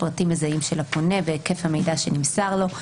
פרטים מזהים של הפונה והיקף המידע שנמסר לו,